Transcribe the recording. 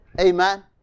Amen